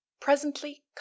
Presently